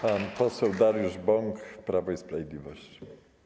Pan poseł Dariusz Bąk, Prawo i Sprawiedliwość.